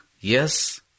yes